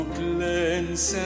cleanse